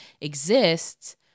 exists